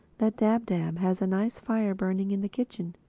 that dab-dab has a nice fire burning in the kitchen.